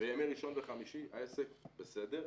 בימי ראשון וחמישי, העסק הוא בסדר.